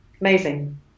Amazing